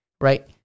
Right